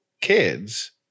kids